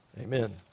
Amen